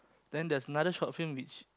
then there's another short film which